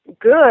good